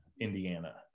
indiana